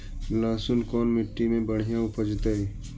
लहसुन कोन मट्टी मे बढ़िया उपजतै?